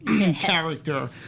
character